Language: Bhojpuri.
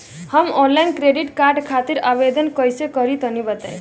हम आनलाइन क्रेडिट कार्ड खातिर आवेदन कइसे करि तनि बताई?